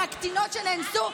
מהקטינות שנאנסו,